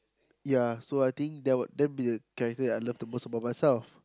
ya so I think there would that be a characteristic I love the most about myself